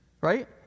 Right